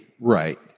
right